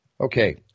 Okay